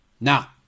Now